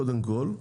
קודם כל,